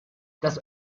das